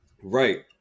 Right